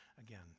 again